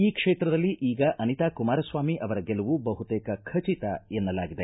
ಈ ಕ್ಷೇತ್ರದಲ್ಲಿ ಈಗ ಅನಿತಾ ಕುಮಾರಸ್ವಾಮಿ ಅವರ ಗೆಲುವು ಬಹುತೇಕ ಖಚಿತ ಎನ್ನಲಾಗಿದೆ